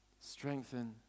Strengthen